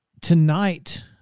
Tonight